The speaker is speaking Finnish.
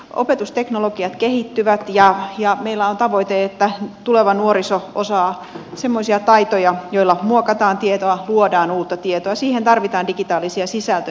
opetusteknologiat kehittyvät ja meillä on tavoite että tuleva nuoriso osaa semmoisia taitoja joilla muokataan tietoa luodaan uutta tietoa ja siihen tarvitaan digitaalisia sisältöjä